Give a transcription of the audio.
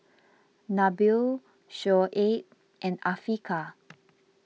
Nabil Shoaib and Afiqah